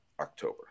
October